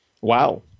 Wow